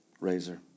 Razor